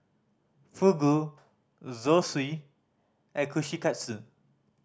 Fugu Zosui and Kushikatsu